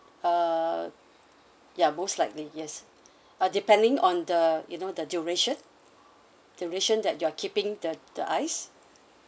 uh ya most likely yes uh depending on the you know the duration duration that you're keeping the the ice